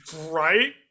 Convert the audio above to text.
Right